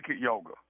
yoga